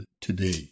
today